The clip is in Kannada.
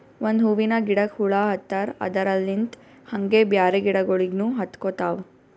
ಒಂದ್ ಹೂವಿನ ಗಿಡಕ್ ಹುಳ ಹತ್ತರ್ ಅದರಲ್ಲಿಂತ್ ಹಂಗೆ ಬ್ಯಾರೆ ಗಿಡಗೋಳಿಗ್ನು ಹತ್ಕೊತಾವ್